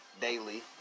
daily